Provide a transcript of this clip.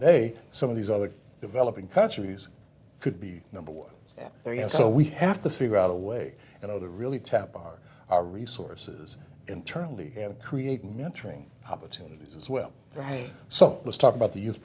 day some of these other developing countries could be number one again so we have to figure out a way and other really tap our resources internally and create mentoring opportunities as well so let's talk about the youth